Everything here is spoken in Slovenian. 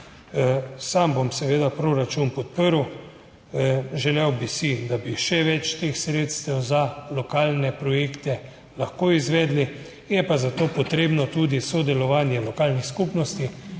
Sam bom seveda proračun podprl, želel bi si, da bi še več teh sredstev za lokalne projekte lahko izvedli, je pa za to potrebno tudi sodelovanje lokalnih skupnosti.